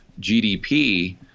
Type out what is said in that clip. GDP –